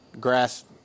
grass